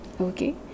okay